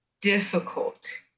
difficult